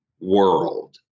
world